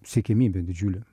siekiamybė didžiulė